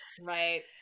Right